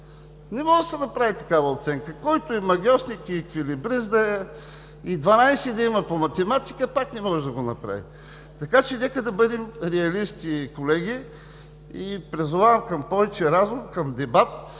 Не може да се направи такава оценка. И магьосник, и еквилибрист да е, и 12 да има по математика, пак не може да го направи. Така че нека да бъдем реалисти, колеги. Призовавам към повече разум, към дебат.